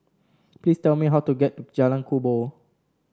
please tell me how to get to Jalan Kubor